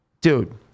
dude